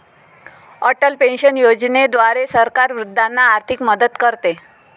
Atal pension योजनेद्वारे सरकार वृद्धांना आर्थिक मदत करते